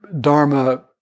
Dharma